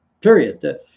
period